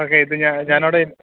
okay ഇപ്പം ഞാന് ഞാൻ അവിടെ